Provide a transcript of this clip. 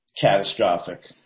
catastrophic